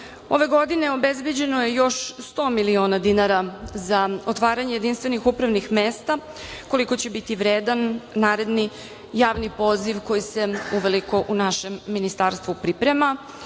Ove godine obezbeđeno je još 100 miliona dinara za otvaranje jedinstvenih upravnih mesta, koliko će biti vredan naredni javni poziv koji se uveliko u našem ministarstvu priprema. Ja